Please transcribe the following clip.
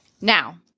Now